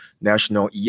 national